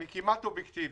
אני כמעט אובייקטיבי.